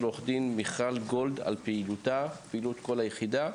עורכת דין מיכל גולד על פעילותה ועל פעילות כל היחידה.